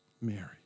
Mary